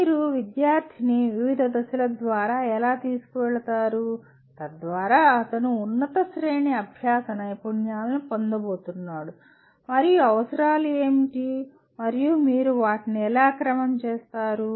మీరు విద్యార్థిని వివిధ దశల ద్వారా ఎలా తీసుకువెళతారు తద్వారా అతను ఉన్నత శ్రేణి అభ్యాస నైపుణ్యాలను పొందబోతున్నాడు మరియు అవసరాలు ఏమిటి మరియు మీరు వాటిని ఎలా క్రమం చేస్తారు